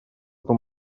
эту